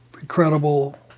incredible